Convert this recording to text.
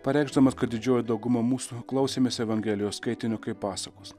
pareikšdamas kad didžioji dauguma mūsų klausėmės evangelijos skaitinio kaip pasakos